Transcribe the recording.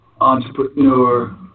entrepreneur